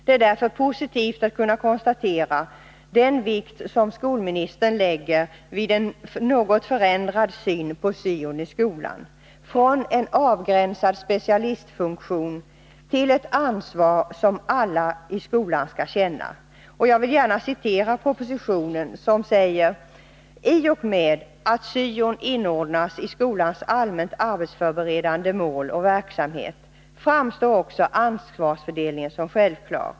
Det är därför positivt att konstatera den vikt som skolministern lägger vid en något förändrad syn på syon i skolan — från en avgränsad specialistfunktion till ett område som alla i skolan skall känna ansvar för. Jag vill gärna citera propositionen, som säger: ”T och med att syon inordnas i skolans allmänt arbetslivsförberedande mål och verksamhet framstår också ansvarsfördelningen som självklar.